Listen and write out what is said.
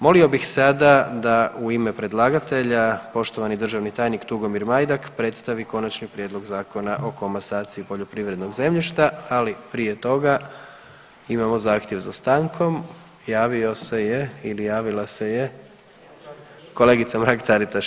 Molio bih sada da u ime predlagatelja poštovani državni tajnik Tugomir Majdak predstavi Konačni prijedlog Zakona o komasaciji poljoprivrednog zemljišta, ali prije toga imamo zahtjev za stankom, javio se je ili javila se je kolegica Mrak Taritaš.